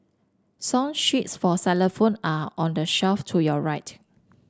song sheets for phone are on the shelf to your right